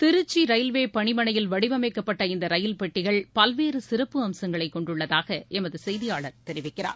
Trichy railway பணிமனையில் வடிவமைக்கப்பட்ட இந்த ரயில் பெட்டிகள் பல்வேற சிறப்பு அம்சங்களை கொண்டுள்ளதாக எமது செய்தியாளர் தெரிவிக்கிறார்